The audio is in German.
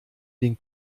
den